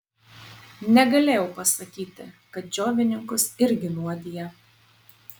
negalėjau pasakyti kad džiovininkus irgi nuodija